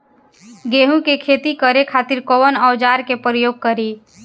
गेहूं के खेती करे खातिर कवन औजार के प्रयोग करी?